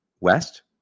West